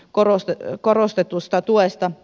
korosta ja korostetusta tuesta